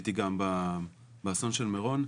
הייתי גם באסון מירון.